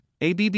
ABB